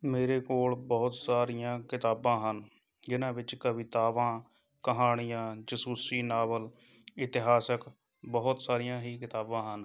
ਮੇਰੇ ਕੋਲ ਬਹੁਤ ਸਾਰੀਆਂ ਕਿਤਾਬਾਂ ਹਨ ਜਿਹਨਾਂ ਵਿੱਚ ਕਵਿਤਾਵਾਂ ਕਹਾਣੀਆਂ ਜਾਸੂਸੀ ਨਾਵਲ ਇਤਿਹਾਸਕ ਬਹੁਤ ਸਾਰੀਆਂ ਹੀ ਕਿਤਾਬਾਂ ਹਨ